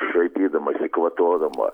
šaipydamasi kvatodama